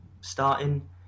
starting